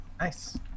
Nice